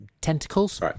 Tentacles